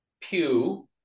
pew